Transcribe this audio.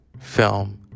Film